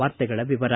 ವಾರ್ತೆಗಳ ವಿವರ